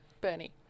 bernie